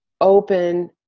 open